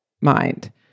mind